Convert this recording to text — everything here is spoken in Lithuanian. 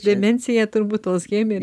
demensiją turbūt alzheimerį